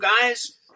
guys